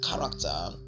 Character